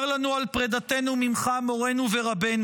צר לנו על פרדתנו ממך, מורנו ורבנו.